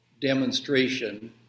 demonstration